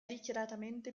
dichiaratamente